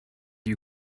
you